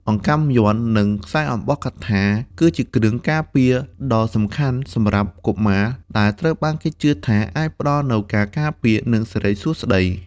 អង្កាំយ័ន្ត និង ខ្សែអំបោះកថា គឺជាគ្រឿងការពារដ៏សំខាន់សម្រាប់កុមារ ដែលត្រូវបានគេជឿថាអាចផ្តល់នូវការការពារ និងសិរីសួស្តី។